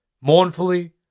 Mournfully